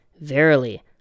verily